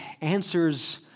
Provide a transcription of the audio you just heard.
answers